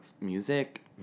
music